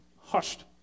hushed